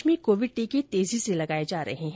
देश में कोविड टीके तेजी से लगाए जा रहे हैं